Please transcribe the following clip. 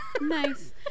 Nice